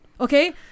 okay